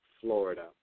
Florida